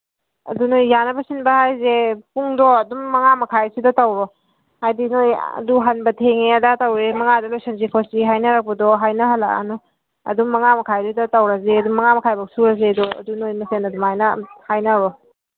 ꯑꯗꯨ ꯅꯈꯣꯏ ꯌꯥꯅꯕ ꯁꯤꯟꯕ ꯍꯥꯏꯔꯤꯁꯦ ꯄꯨꯡꯗꯣ ꯑꯗꯨꯝ ꯃꯉꯥ ꯃꯈꯥꯏꯁꯤꯗ ꯇꯧꯔꯣ ꯍꯥꯏꯔꯗꯤ ꯅꯈꯣꯏ ꯑꯗꯨ ꯍꯟꯕ ꯊꯦꯡꯉꯦ ꯑꯗꯥ ꯇꯧꯔꯦ ꯃꯉꯥꯗ ꯂꯣꯏꯁꯟꯁꯤ ꯈꯣꯠꯁꯤ ꯍꯥꯏꯅꯔꯛꯄꯗꯣ ꯍꯥꯏꯅꯍꯜꯂꯛꯑꯅꯨ ꯑꯗꯨꯝ ꯃꯉꯥ ꯃꯈꯥꯏꯗꯨꯗ ꯇꯧꯔꯁꯤ ꯑꯗꯨꯝ ꯃꯉꯥ ꯃꯈꯥꯏꯐꯥꯎꯕ ꯁꯨꯔꯁꯦꯗꯣ ꯑꯗꯨ ꯅꯈꯣꯏ ꯃꯁꯦꯟ ꯑꯗꯨꯃꯥꯏꯅ ꯍꯥꯏꯅꯔꯣ